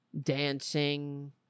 dancing